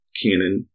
canon